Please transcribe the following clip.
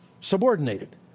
subordinated